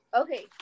Okay